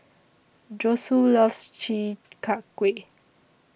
Josue loves Chi Kak Kuih